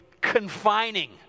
confining